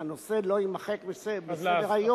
שהנושא לא יימחק מסדר-היום,